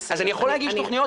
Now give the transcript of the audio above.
אז אני יכול להגיש בקשות,